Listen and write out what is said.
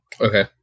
Okay